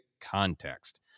context